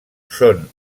són